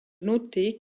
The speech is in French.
noter